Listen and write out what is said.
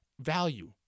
value